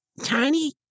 Tiny